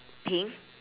pink